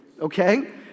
okay